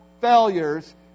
failures